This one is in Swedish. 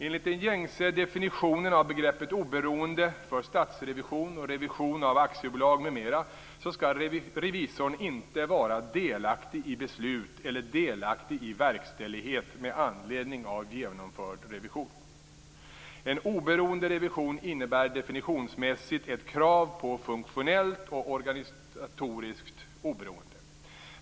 Enligt den gängse definitionen av begreppet oberoende för statsrevision och revision av aktiebolag m.m. skall revisorn inte vara delaktig i beslut eller delaktig i verkställighet med anledning av genomförd revision. En oberoende revision innebär definitionsmässigt ett krav på funktionellt och organisatoriskt oberoende.